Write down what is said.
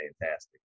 fantastic